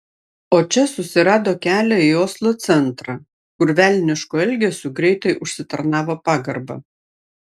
o čia susirado kelią į oslo centrą kur velnišku elgesiu greitai užsitarnavo pagarbą